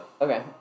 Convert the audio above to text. Okay